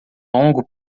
longo